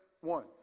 one